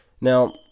Now